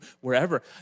wherever